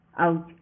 out